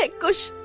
like kush.